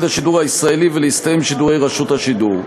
השידור הישראלי ולהסתיים שידורי רשות השידור.